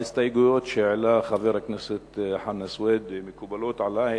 ההסתייגויות שהעלה חבר הכנסת חנא סוייד מקובלות עלי,